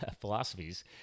philosophies